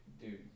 dude